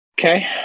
Okay